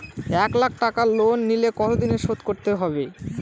এক লাখ টাকা লোন নিলে কতদিনে শোধ করতে হবে?